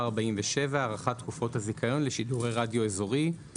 47) (הארכת תקופות הזיכיון לשידורי רדיו אזורי),